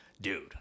dude